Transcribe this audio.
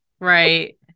right